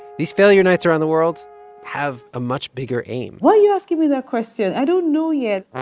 these failure nights around the world have a much bigger aim why are you asking me that question? i don't know yet